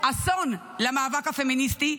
אסון למאבק הפמיניסטי,